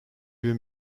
bin